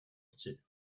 style